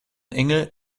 engel